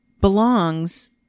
belongs